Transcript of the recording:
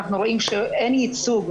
אנחנו רואים שאין ייצוג.